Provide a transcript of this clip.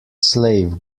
slave